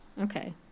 Okay